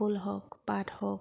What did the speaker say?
ফুল হওক পাট হওক